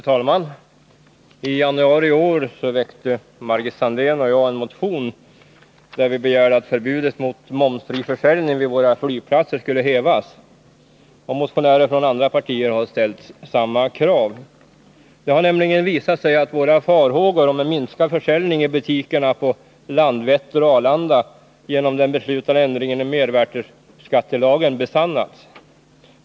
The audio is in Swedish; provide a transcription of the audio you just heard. Fru talman! I januari i år väckte Margit Sandéhn och jag en motion där vi begärde att förbudet mot momsfri försäljning vid våra flygplatser skulle hävas. Motionärer från andra partier har ställt samma krav. Det hade nämligen visat sig att våra farhågor om en minskad försäljning i butikerna på Landvetter och Arlanda genom den beslutade ändringen i mervärdeskattelagen besannats.